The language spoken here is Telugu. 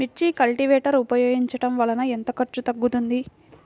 మిర్చి కల్టీవేటర్ ఉపయోగించటం వలన ఎంత ఖర్చు తగ్గుతుంది?